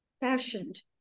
fashioned